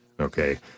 okay